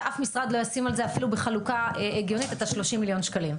ואף משרד לא ישים על זה אפילו בחלוקה הגיונית את ה-30 מיליון שקלים.